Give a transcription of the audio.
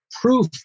proof